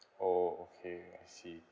orh okay I see